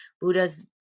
buddha's